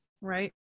right